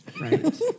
Right